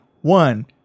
One